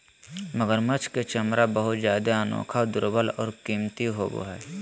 मगरमच्छ के चमरा बहुत जादे अनोखा, दुर्लभ और कीमती होबो हइ